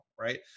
right